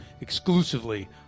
exclusively